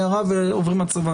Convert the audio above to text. הערה ועוברים לצבא.